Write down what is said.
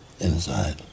Inside